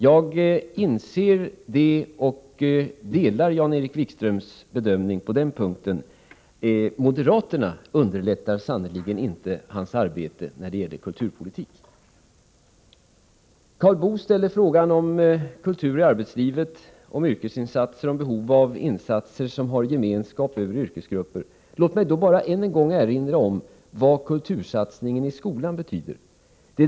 Jag inser det och delar Jan-Erik Wikströms bedömning på den punkten. Moderaterna underlättar sannerligen inte Jan-Erik Wikströms arbete när det gäller kulturpolitiken. Karl Boo ställde en fråga om kultur i arbetslivet, om yrkesinsatser, om behov av insatser som ger gemenskap mellan yrkesgrupper. Låt mig bara än en gång erinra om vad kultursatsningen i skolan betyder.